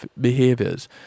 behaviors